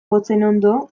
gotzainondo